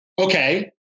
Okay